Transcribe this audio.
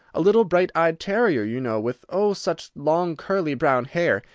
a little bright-eyed terrier, you know, with oh, such long curly brown hair!